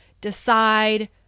decide